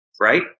right